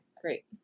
great